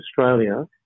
Australia